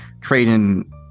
trading